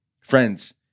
Friends